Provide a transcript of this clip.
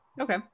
Okay